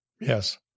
Yes